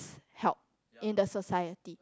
help in the society